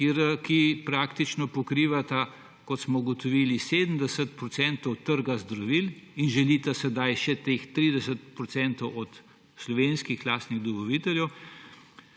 ki praktično pokrivata, kot smo ugotovili, 70 % trga z zdravili in želita sedaj še teh 30 % od slovenskih lastnih dobaviteljev,